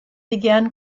began